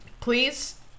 Please